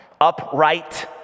upright